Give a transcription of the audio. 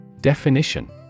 Definition